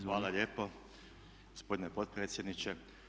Hvala lijepo gospodine potpredsjedniče.